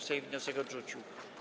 Sejm wniosek odrzucił.